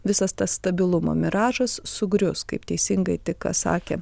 visas tas stabilumo miražas sugrius kaip teisingai tik ką sakė